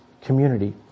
community